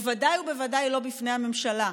בוודאי ובוודאי לא בפני הממשלה,